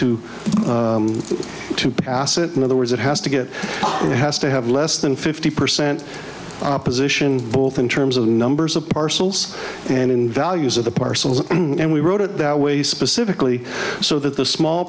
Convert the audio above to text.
to to pass it in other words it has to get it has to have less than fifty percent opposition both in terms of numbers of parcels and in values of the parcels and we wrote it that way specifically so that the small